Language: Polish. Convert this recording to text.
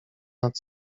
nad